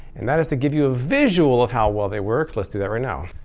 and that is to give you a visual of how well they work. let's do that right now.